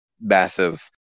massive